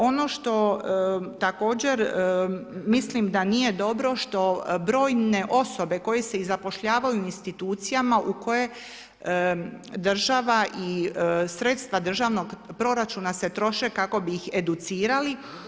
Ono što također mislim da nije dobro, što brojne osobe koje se i zapošljavaju u institucijama u koje država i sredstva državnog proračuna se troše kako bi ih educirali.